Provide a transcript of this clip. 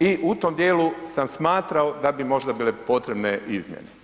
i u tom dijelu sam smatrao da bi možda bile potrebne izmjene.